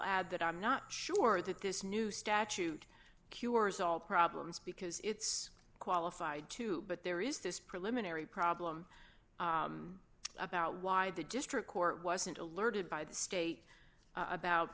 add that i'm not sure that this new statute cures all problems because it's qualified to but there is this preliminary problem about why the district court wasn't alerted by the state about